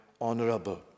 honorable